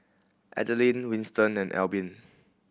Adaline Winston and Albin